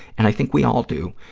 and i think we all do,